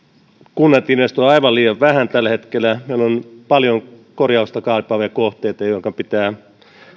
kunnat investoivat aivan liian vähän tällä hetkellä meillä on paljon korjausta kaipaavia kohteita joihinka pitää